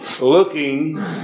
looking